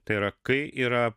tai yra kai yra